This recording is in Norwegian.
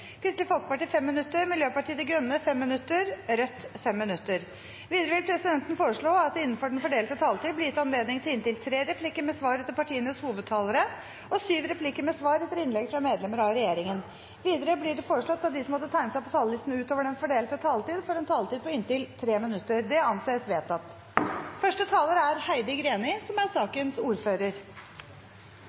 Kristelig Folkeparti 5 minutter, Miljøpartiet De Grønne 5 minutter og Rødt 5 minutter. Videre vil presidenten foreslå at det – innenfor den fordelte taletid – blir gitt anledning til inntil tre replikker med svar etter partienes hovedtalere og syv replikker med svar etter innlegg fra medlemmer av regjeringen. Videre blir det foreslått at de som måtte tegne seg på talerlisten utover den fordelte taletid, får en taletid på inntil 3 minutter. – Det anses vedtatt.